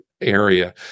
area